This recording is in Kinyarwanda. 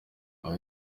uyu